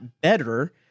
better